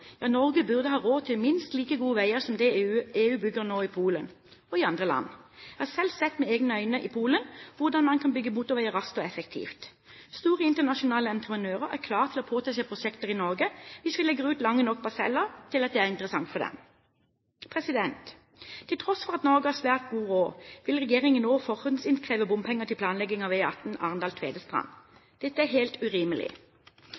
som det EU nå bygger i Polen og i andre land. Jeg har selv sett med egne øyne i Polen hvordan man kan bygge motorveier raskt og effektivt. Store internasjonale entreprenører er klare til å påta seg prosjekter i Norge hvis vi legger ut lange nok parseller til at det er interessant for dem. Til tross for at Norge har svært god råd, vil regjeringen nå forhåndsinnkreve bompenger til planlegging av E18 Arendal–Tvedestrand. Dette er helt urimelig.